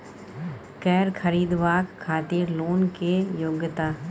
कैर खरीदवाक खातिर लोन के योग्यता?